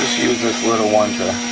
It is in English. use this little one to